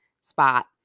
spot